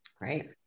right